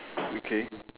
okay